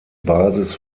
basis